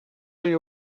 you